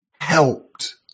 helped